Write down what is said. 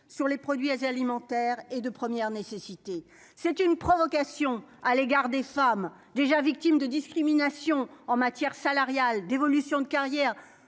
sur les produits alimentaires et de première nécessité. C'est une provocation à l'égard des femmes déjà victimes de discrimination en matière salariale d'évolution de carrière